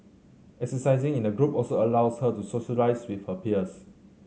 exercising in a group also allows her to socialise with her peers